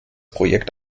projekt